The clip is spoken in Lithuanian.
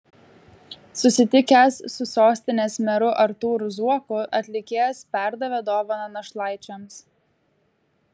susitikęs su sostinės meru artūru zuoku atlikėjas perdavė dovaną našlaičiams